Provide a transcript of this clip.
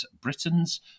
Britain's